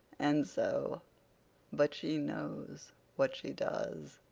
and so but she knows what she does.